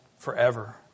forever